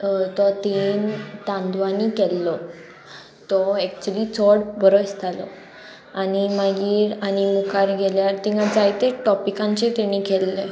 तो तेन तांदवांनी केल्लो तो एक्चली चड बरो दिसतालो आनी मागीर आनी मुखार गेल्यार तिंगा जायते टॉपिकांचेर तेणी केल्ले